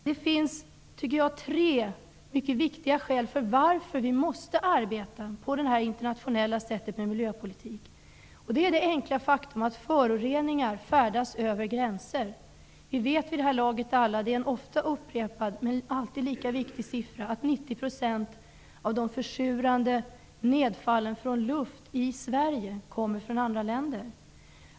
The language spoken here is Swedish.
Det finns tre mycket viktiga skäl till att vi i miljöpolitiken måste arbeta på det här internationella sättet. Det första skälet är att föroreningar färdas över gränser. Vid det här laget vet vi alla att 90 %-- siffran är ofta upprepad men alltid lika viktig -- av de försurande nedfallen från luft i Sverige kommer från andra länder.